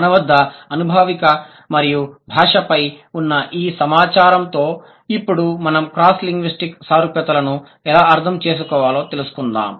మన వద్ద అనుభావిక మరియు భాషా పై ఉన్న ఈ సమాచారంతో ఇప్పుడు మనం క్రాస్ లింగ్విస్టిక్ సారూప్యతలను ఎలా అర్థం చేసుకోవాలో తెలుసుకుందాం